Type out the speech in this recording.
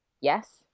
yes